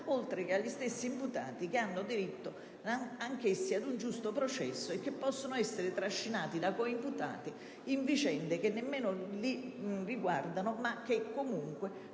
oltre che agli stessi imputati che hanno diritto anch'essi ad un giusto processo e che possono essere trascinati, da coimputati, in vicende che nemmeno li riguardano, ma che sono